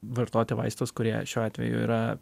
vartoti vaistus kurie šiuo atveju yra